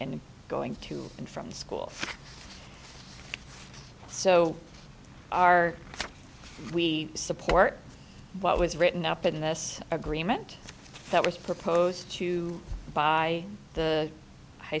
and going to and from school so are we support what was written up in this agreement that was proposed to by the high